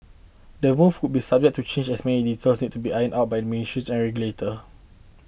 the move could be subject to change as many details need to be ironed out by ministries and regulator